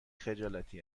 خجالتی